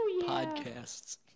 podcasts